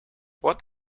what